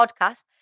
podcast